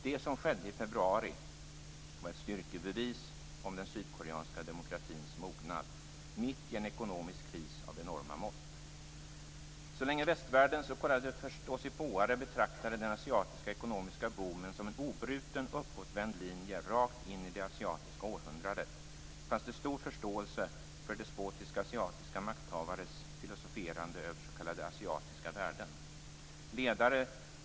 Det som skedde i februari var ett styrkebevis för den sydkoreanska demokratins mognad - mitt i en ekonomisk kris av enorma mått. Så länge västvärldens s.k. förståsigpåare betraktade den asiatiska ekonomiska boomen som en obruten uppåtvänd linje rakt in i det asiatiska århundradet fanns det stor förståelse för despotiska asiatiska makthavares filosoferande över s.k. asiatiska värden.